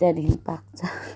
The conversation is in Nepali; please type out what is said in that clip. त्यहाँदेखि पाक्छ